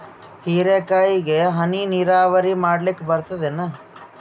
ಹೀರೆಕಾಯಿಗೆ ಹನಿ ನೀರಾವರಿ ಮಾಡ್ಲಿಕ್ ಬರ್ತದ ಏನು?